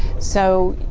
so,